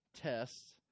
tests